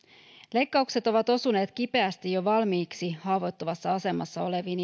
leikkaukset ovat osuneet kipeästi jo valmiiksi haavoittuvassa asemassa oleviin